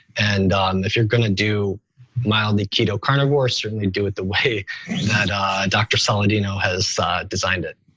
and if you're going to do mildly keto carnivores, certainly and do it the way that dr. saladino has designed it.